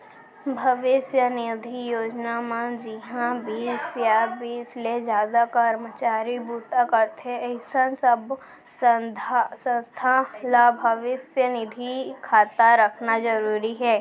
भविस्य निधि योजना म जिंहा बीस या बीस ले जादा करमचारी बूता करथे अइसन सब्बो संस्था ल भविस्य निधि खाता रखना जरूरी हे